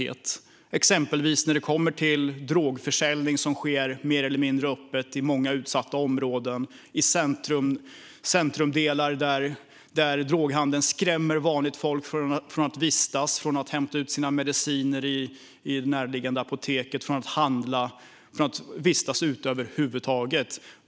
Det kan exempelvis gälla drogförsäljning som sker mer eller mindre öppet i många utsatta områden, i centrumdelar där droghandeln skrämmer vanligt folk från att vistas där, hämta ut sina mediciner i närliggande apotek, handla eller över huvud taget vistas ute.